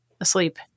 asleep